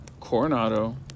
Coronado